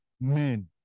men